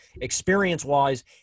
experience-wise